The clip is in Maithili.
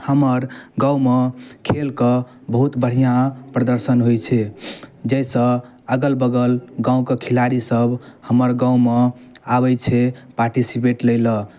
हमर गाममे खेलके बहुत बढ़िआँ प्रदर्शन होइ छै जाहिसँ अगल बगल गामके खेलाड़ीसब हमर गाममे आबै छै पार्टिसिपेट लैलए